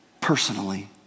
personally